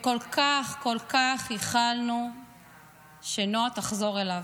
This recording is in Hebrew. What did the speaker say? כל כך, כל כך ייחלנו שנועה תחזור אליו.